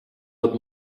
but